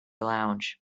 lounge